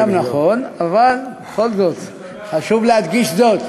זה גם נכון, אבל בכל זאת חשוב להדגיש זאת.